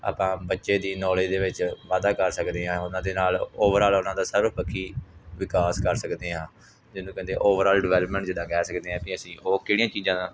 ਆਪਾਂ ਬੱਚੇ ਦੀ ਨੌਲੇਜ ਦੇ ਵਿੱਚ ਵਾਧਾ ਕਰ ਸਕਦੇ ਹਾਂ ਉਹਨਾਂ ਦੇ ਨਾਲ ਓਵਰਆਲ ਉਹਨਾਂ ਦਾ ਸਰਵ ਪੱਖੀ ਵਿਕਾਸ ਕਰ ਸਕਦੇ ਹਾਂ ਜਿਹਨੂੰ ਕਹਿੰਦੇ ਓਵਰਆਲ ਡਿਵੈਲਪਮੈਂਟ ਜਿੱਦਾਂ ਕਹਿ ਸਕਦੇ ਹਾਂ ਵੀ ਅਸੀਂ ਉਹ ਕਿਹੜੀਆਂ ਚੀਜ਼ਾਂ